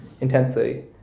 intensely